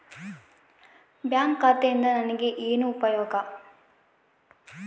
Bank ಖಾತೆಯಿಂದ ನನಗೆ ಏನು ಉಪಯೋಗ?